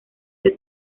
que